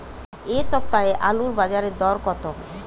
এ সপ্তাহে আলুর বাজারে দর কত?